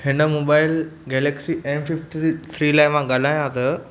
हिन mobile galaxy M fifty three लाइ मां ॻाल्हायां त